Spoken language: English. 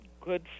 good